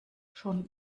schon